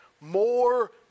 more